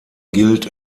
gilt